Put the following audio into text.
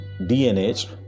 DNA